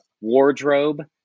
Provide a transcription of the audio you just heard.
wardrobe